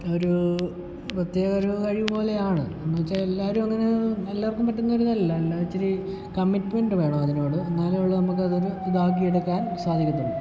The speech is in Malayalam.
ഒരു പ്രത്യേക ഒരു കഴിവു പോലെയാണ് എന്നുവെച്ച് എല്ലാവരും അങ്ങനെ എല്ലാവർക്കും പറ്റുന്ന ഒരിതല്ല എല്ലാം ഇച്ചിരി കമ്മിറ്റ്മെൻറ് വേണം അതിനോട് എന്നാലേ ഉള്ളു നമുക്ക് അതൊരു ഇതാക്കി എടുക്കാൻ സാധിക്കത്തുള്ളൂ